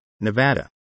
Nevada